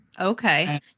Okay